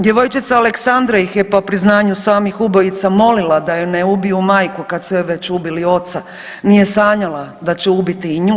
Djevojčica Aleksandra ih je po priznanju samih ubojica molila da joj ne ubiju majku kad su joj već ubili oca, nije sanjala da će ubiti i nju.